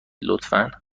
لطفا